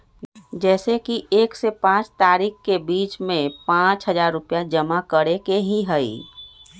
जैसे कि एक से पाँच तारीक के बीज में पाँच हजार रुपया जमा करेके ही हैई?